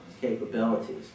capabilities